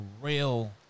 real